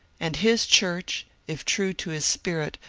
and his church, if true to his spirit,